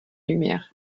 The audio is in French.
lumière